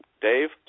Dave